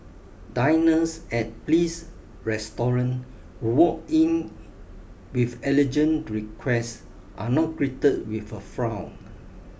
diners at Bliss Restaurant walk in with allergen requests are not greeted with a frown